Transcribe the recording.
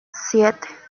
siete